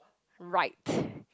right